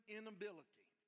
inability